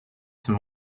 some